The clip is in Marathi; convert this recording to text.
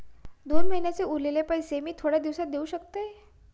दोन महिन्यांचे उरलेले पैशे मी थोड्या दिवसा देव शकतय?